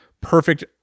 perfect